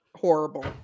horrible